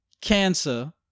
Cancer